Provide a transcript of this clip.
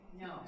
No